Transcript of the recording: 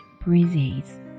breezes